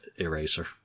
eraser